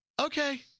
Okay